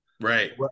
Right